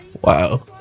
Wow